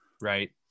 Right